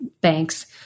banks